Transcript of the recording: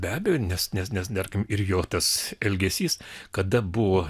be abejo nes nes nes tarkim ir jo tas elgesys kada buvo